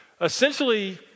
essentially